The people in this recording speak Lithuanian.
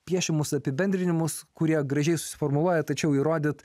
piešiamus apibendrinimus kurie gražiai susiformuluoja tačiau įrodyti